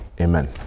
amen